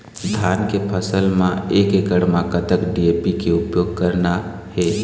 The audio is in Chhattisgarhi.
धान के फसल म एक एकड़ म कतक डी.ए.पी के उपयोग करना हे?